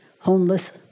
homeless